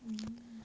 mm